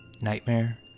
Nightmare